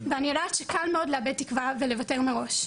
ואני יודעת שקל מאוד לאבד תקווה ולוותר מראש,